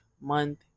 month